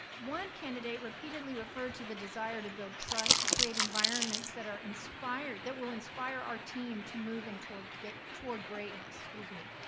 one candidate repeatedly referred to the desire to build trust, create environments that are inspired, that will inspire our team to move in toward, toward greatness, excuse me.